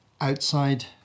outside